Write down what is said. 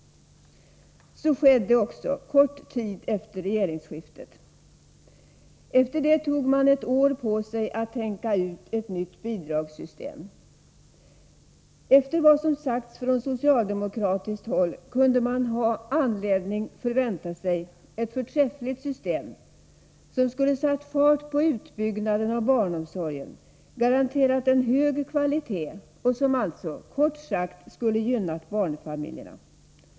Så skedde också, kort tid efter regeringsskiftet. Sedan tog man ett år på sig för att tänka ut ett nytt bidragssystem. Efter vad som sagts från socialdemokratiskt håll kunde man ha anledning att vänta sig ett förträffligt system, som skulle ha satt fart på utbyggnaden av barnomsorgen, garanterat en hög kvalitet och som alltså, kort sagt, skulle ha gynnat barnfamiljerna.